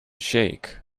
shake